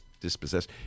dispossessed